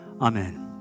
Amen